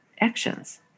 actions